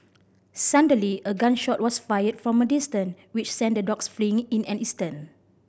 suddenly a gun shot was fired from a distance which sent the dogs fleeing in an instant